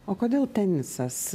o kodėl tenisas